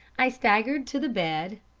i staggered to the bed,